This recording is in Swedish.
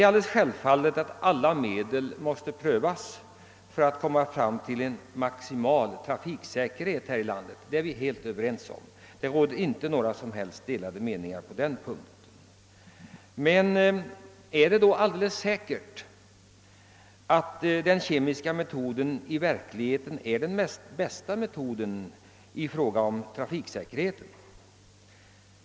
Självfallet måste alla medel för att komma fram till en maximal trafiksäkerhet i vårt land prövas. Det är vi helt överens om, och det råder inga som helst delade meningar på denna punkt. Men är det då alldeles säkert att den kemiska metoden är den bästa i trafiksäkerhetshänseende?